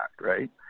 right